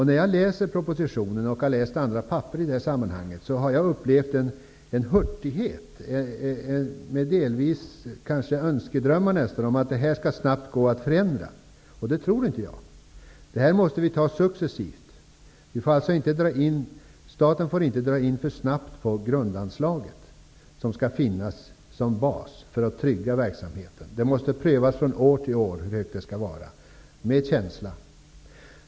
När jag har läst propositionen och andra papper i detta sammanhang, har jag upplevt en hurtighet och kanske delvis önskedrömmar om att det hela skall gå att förändra snabbt. Det tror inte jag. Detta måste göras successivt. Staten får inte dra in för snabbt på grundanslaget. Det skall finnas som en bas för att trygga verksamheten. Det måste prövas från år till år hur stort det skall vara, och det måste göras med känsla.